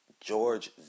George